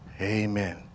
Amen